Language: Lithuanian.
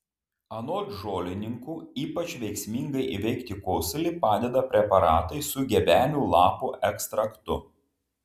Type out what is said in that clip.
anot žolininkų ypač veiksmingai įveikti kosulį padeda preparatai su gebenių lapų ekstraktu